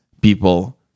people